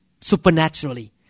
Supernaturally